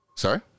Sorry